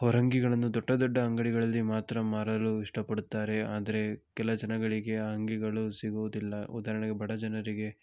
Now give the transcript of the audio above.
ಹೊರಂಗಿಗಳನ್ನು ದೊಡ್ಡ ದೊಡ್ಡ ಅಂಗಡಿಗಳಲ್ಲಿ ಮಾತ್ರ ಮಾರಲು ಇಷ್ಟ ಪಡುತ್ತಾರೆ ಆದರೆ ಕೆಲ ಜನಗಳಿಗೆ ಆ ಅಂಗಿಗಳು ಸಿಗೂದಿಲ್ಲ ಉದಾಹರಣೆಗೆ ಬಡ ಜನರಿಗೆ